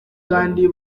kandi